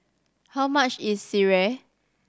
how much is sireh